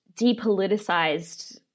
depoliticized